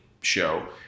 show